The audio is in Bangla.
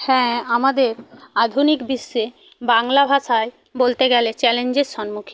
হ্যাঁ আমাদের আধুনিক বিশ্বে বাংলা ভাষায় বলতে গেলে চ্যালেঞ্জের সন্মুখীন